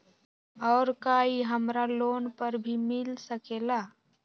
और का इ हमरा लोन पर भी मिल सकेला?